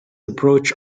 approach